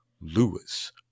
Lewis